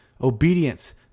obedience